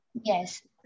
Yes